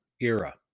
era